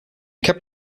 kept